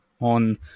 on